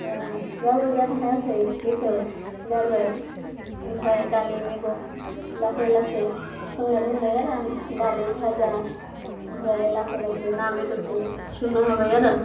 रावबो जानो हायासै बेखौ गारबाय ओमफ्राय दालि मैगं लासै लासै संनो रोंबाय आरो आं दालि फाजा ओमफ्राय लासै लासै ना बेदरखौ संनो हाबाय आरो